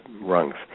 rungs